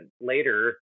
later